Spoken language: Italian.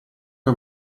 che